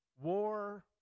war